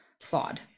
flawed